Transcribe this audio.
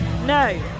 No